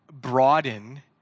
broaden